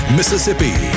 Mississippi